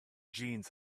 jeans